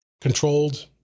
controlled